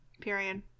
Period